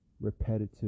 repetitive